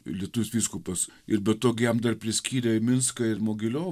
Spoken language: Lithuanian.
lietuvis vyskupas ir be to gi jam dar priskyrę minską ir mogiliovą